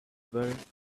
built